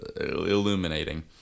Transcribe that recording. illuminating